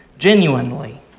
genuinely